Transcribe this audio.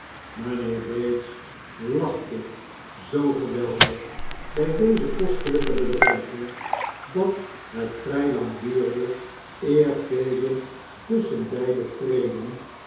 mijnheer bates lachte zoo geweldig bij deze kostelijke bedreiging dat het vrij lang duurde eer fagin tusschen beiden treden